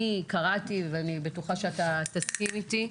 ואני בטוחה שאתה תסכים איתי,